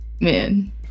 man